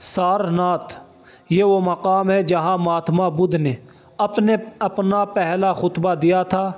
سارناتھ یہ وہ مقام ہے جہاں مہاتما بودھ نے اپنے اپنا پہلا خطبہ دیا تھا